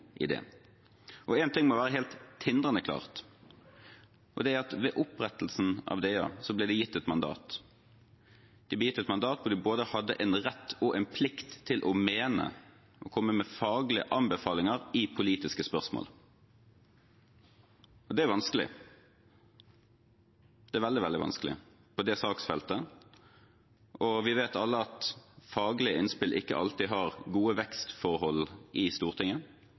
ting må være helt tindrende klart, og det er at ved opprettelsen av DA ble det gitt et mandat. Det ble gitt et mandat hvor man hadde både rett og plikt til å mene og komme med faglige anbefalinger i politiske spørsmål, og det er vanskelig. Det er veldig, veldig vanskelig på det saksfeltet. Vi vet alle at faglige innspill ikke alltid har gode vekstforhold i Stortinget,